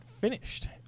finished